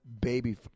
baby